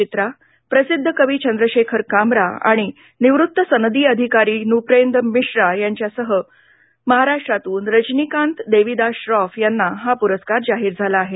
चित्रा प्रसिद्ध कवी चंद्रशेखर कांबरा आणि निवृत्त सनदी अधिकारी नृपेंद्र मिश्रा यांच्यासह महाराष्ट्रातून रजनीकांत देविदास श्रॉफ यांना या पुरस्कार जाहीर झाला आहे